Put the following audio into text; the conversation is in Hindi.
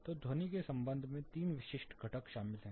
तो ध्वनि के संबंध में तीन विशिष्ट घटक शामिल हैं